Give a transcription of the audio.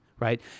Right